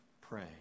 Pray